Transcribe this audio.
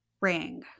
ring